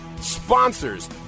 sponsors